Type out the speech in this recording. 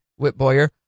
Whitboyer